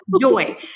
joy